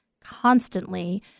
constantly